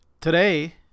Today